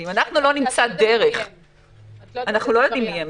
ואם אנחנו לא נמצא דרך ------ אנחנו לא יודעים מי הם.